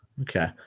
Okay